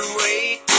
wait